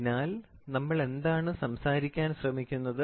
അതിനാൽ നമ്മൾ എന്താണ് സംസാരിക്കാൻ ശ്രമിക്കുന്നത്